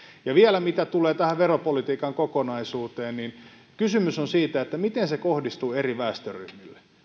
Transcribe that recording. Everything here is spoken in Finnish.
vielä mitä tulee tähän veropolitiikan kokonaisuuteen kysymys on siitä miten se kohdistuu eri väestöryhmille